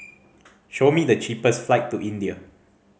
show me the cheapest flight to India